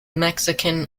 mexican